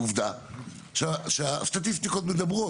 עובדה שהסטטיסטיקות מדברות.